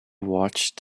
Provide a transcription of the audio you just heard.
watched